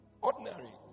ordinary